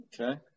Okay